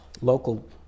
local